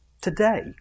Today